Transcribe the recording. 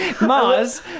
Mars